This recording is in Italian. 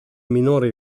minore